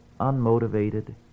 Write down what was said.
unmotivated